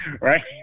right